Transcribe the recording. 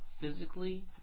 physically